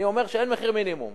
אני אומר שאין מחיר מינימום.